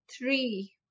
three